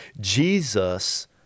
Jesus